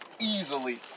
easily